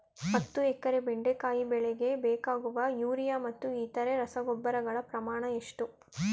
ಹತ್ತು ಎಕರೆ ಬೆಂಡೆಕಾಯಿ ಬೆಳೆಗೆ ಬೇಕಾಗುವ ಯೂರಿಯಾ ಮತ್ತು ಇತರೆ ರಸಗೊಬ್ಬರಗಳ ಪ್ರಮಾಣ ಎಷ್ಟು?